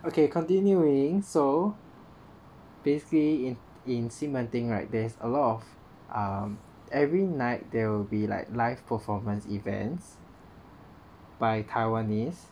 okay continuing so they say in in 西门町 [right] there's a lot of um every night there will be like live performance events by taiwanese